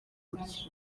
buryo